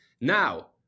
Now